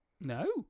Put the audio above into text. no